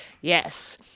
Yes